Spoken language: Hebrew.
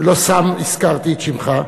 לא סתם הזכרתי את שמך,